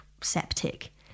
septic